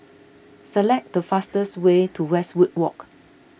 select the fastest way to Westwood Walk